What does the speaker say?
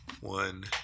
one